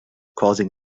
causing